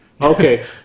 Okay